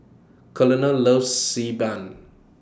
Colonel loves Si Ban